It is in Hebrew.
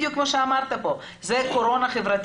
בדיוק כמו שאמרת פה זאת קורונה חברתית,